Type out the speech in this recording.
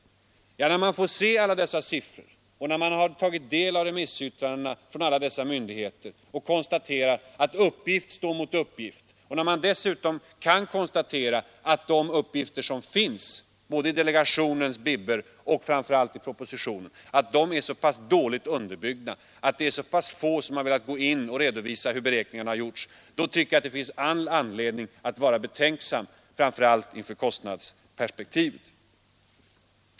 När man har sett alla dessa siffror och tagit del av remissyttrandena från berörda myndigheter, finner man att uppgift står mot uppgift. När man dessutom kan konstatera att de uppgifter som finns i delegationens bibbor och i propositionen är mycket dåligt underbyggda — få har velat redovisa hur beräkningarna har gjorts — tycker jag att det finns all anledning att vara utomordentligt betänksam inför kostnadsperspektivet.